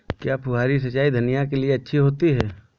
क्या फुहारी सिंचाई धनिया के लिए अच्छी होती है?